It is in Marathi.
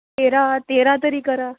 तेरा तेरा तरी करा